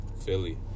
Philly